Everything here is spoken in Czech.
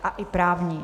A i právní.